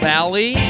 Valley